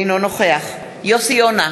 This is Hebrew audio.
אינו נוכח יוסי יונה,